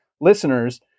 listeners